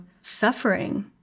suffering